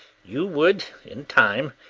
you would in time,